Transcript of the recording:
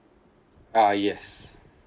uh yes